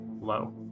Low